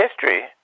history